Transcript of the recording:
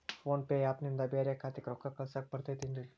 Phone pay app ನಿಂದ ಬ್ಯಾರೆ ಖಾತೆಕ್ ರೊಕ್ಕಾ ಕಳಸಾಕ್ ಬರತೈತೇನ್ರೇ?